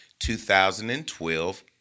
2012